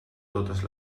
totes